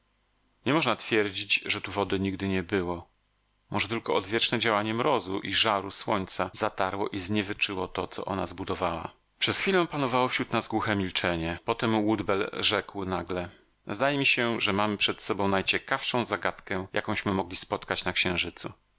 nie można twierdzić że tu wody nigdy nie było może tylko odwieczne działanie mrozu i żaru słońca zatarło i zniweczyło to co ona zbudowała przez chwilę panowało wśród nas głuche milczenie potem woodbell rzekł nagle zdaje mi się że mamy przed sobą najciekawszą zagadkę jakąśmy mogli spotkać na księżycu